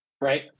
Right